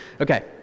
Okay